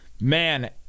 Man